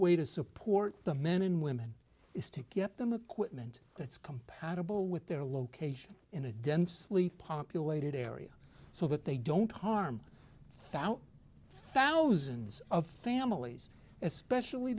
way to support the men and women is to get them equipment that's compatible with their location in a densely populated area so that they don't harm thout thousands of families especially